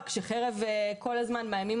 כאשר חרב מונחת על צווארך וכל הזמן מאיימים